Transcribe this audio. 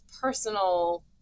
personal